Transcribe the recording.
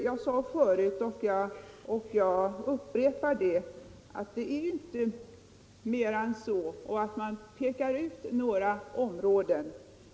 Jag sade förut, och jag upprepar det, att det inte gäller mera än att man pekar ut några områden.